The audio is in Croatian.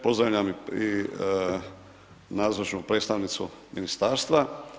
Pozdravljam i nazočnu predstavnicu ministarstva.